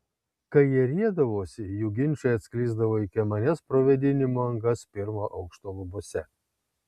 kai jie riedavosi jų ginčai atsklisdavo iki manęs pro vėdinimo angas pirmo aukšto lubose